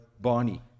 Barney